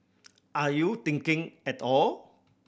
are you thinking at all